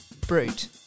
brute